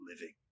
living